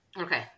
Okay